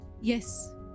Yes